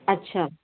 अच्छा